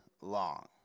long